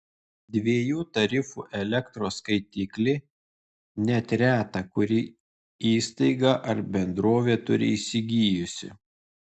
dviejų tarifų elektros skaitiklį net reta kuri įstaiga ar bendrovė turi įsigijusi